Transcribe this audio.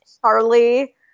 Charlie